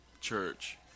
church